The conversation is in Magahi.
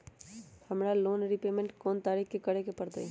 हमरा लोन रीपेमेंट कोन तारीख के करे के परतई?